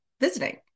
visiting